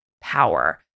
power